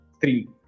three